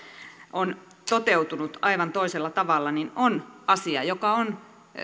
toteutunut aivan toisella tavalla on asia joka on